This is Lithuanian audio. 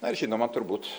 ar žinoma turbūt